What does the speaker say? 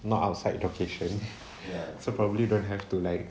outside location ya true